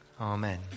Amen